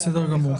בסדר גמור.